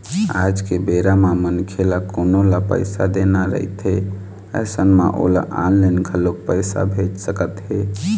आज के बेरा म मनखे ल कोनो ल पइसा देना रहिथे अइसन म ओला ऑनलाइन घलोक पइसा भेज सकत हे